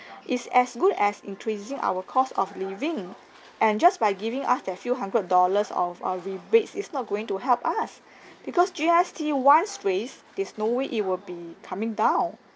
it's as good as increasing our cost of living and just by giving us that few hundred dollars of uh rebates is not going to help us because G_S_T once raised there's no way it will be coming down